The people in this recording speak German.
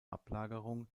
ablagerung